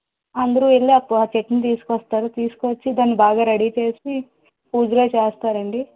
అందరూ వెళ్ళి ఆ చెట్టుని తీసుకొస్తారు తీసుకొచ్చి దాన్ని బాగా రెడీ చేసి పూజలు అయి చేస్తారండి